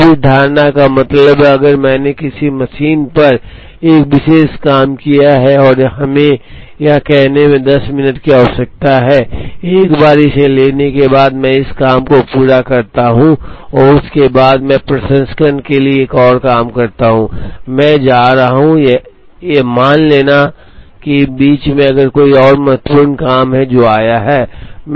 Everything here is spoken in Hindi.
अब इस धारणा का मतलब है कि अगर मैंने किसी मशीन पर एक विशेष काम किया है और हमें यह कहने में 10 मिनट की आवश्यकता है एक बार इसे लेने के बाद मैं इस काम को पूरा करता हूं और उसके बाद ही मैं प्रसंस्करण के लिए एक और काम करता हूं मैं जा रहा हूं यह मान लेना कि बीच में अगर कोई और महत्वपूर्ण काम है जो आया है